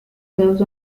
serves